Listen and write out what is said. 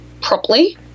properly